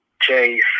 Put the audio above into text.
Chase